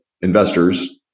investors